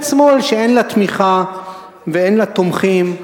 שמאל שאין לה תמיכה ואין לה תומכים,